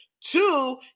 Two